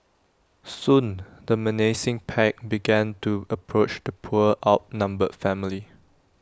soon the menacing pack began to approach the poor outnumbered family